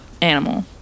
animal